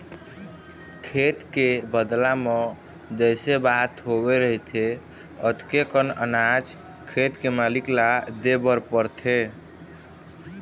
खेत के बदला म जइसे बात होवे रहिथे ओतके कन अनाज खेत के मालिक ल देबर परथे